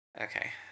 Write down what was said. Okay